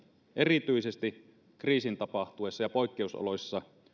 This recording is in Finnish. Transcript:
erityisesti kriisin tapahtuessa ja poikkeusoloissa